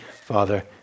Father